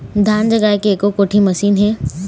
धान जगाए के एको कोठी मशीन हे?